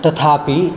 तथापि